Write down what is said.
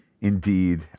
indeed